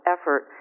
effort